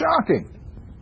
shocking